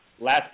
last